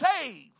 save